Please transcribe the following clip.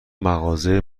مغازه